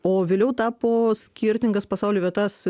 o vėliau tapo skirtingas pasaulio vietas